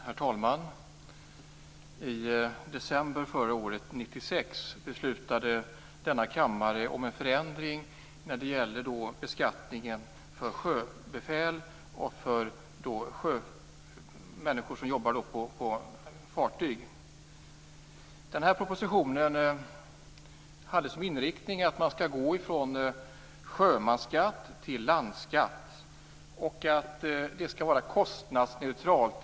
Herr talman! I december 1996 beslutade denna kammare om en förändring när det gäller beskattningen för sjöbefäl och för människor som jobbar på fartyg. Propositionen hade som inriktning att man skall gå från sjömansskatt till landskatt och att det skall vara kostnadsneutralt.